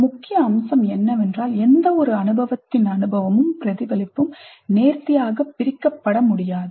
ஒரு முக்கிய அம்சம் என்னவென்றால் எந்த ஒரு அனுபவத்தின் அனுபவமும் பிரதிபலிப்பும் நேர்த்தியாக பிரிக்கப்பட முடியாது